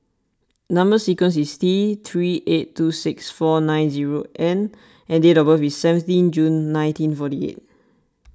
Number Sequence is T three eight two six four nine zero N and date of birth is seventeen June nineteen forty eight